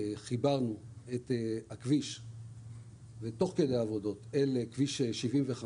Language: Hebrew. חיברנו את הכביש ותוך כדי עבודות לכביש 75